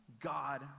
God